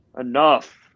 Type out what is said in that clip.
Enough